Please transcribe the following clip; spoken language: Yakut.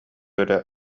эрэ